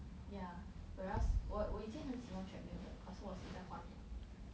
yeah whereas 我我以前很喜欢 treadmill 的